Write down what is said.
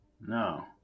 No